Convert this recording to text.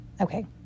Okay